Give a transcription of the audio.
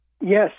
Yes